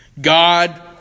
God